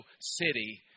city